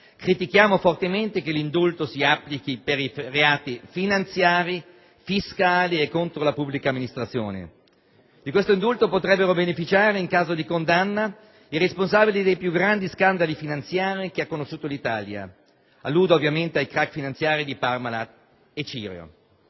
critichiamo fortemente che l'indulto si applichi per i reati finanziari, fiscali e contro la pubblica amministrazione. Di questo indulto potrebbero beneficiare, in caso di condanna, i responsabili dei più grandi scandali finanziari che ha conosciuto l'Italia: alludo ovviamente ai *crack* finanziari di Parmalat e Cirio.